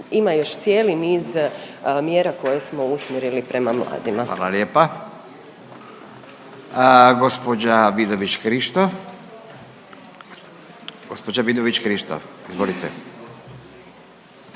ima još cijeli niz mjera koje smo usmjerili prema mladima. **Radin, Furio (Nezavisni)** Hvala lijepa. Gospođa Vidović Krišto. Gospođa Vidović Krišto, izvolite.